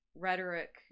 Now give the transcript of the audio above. Rhetoric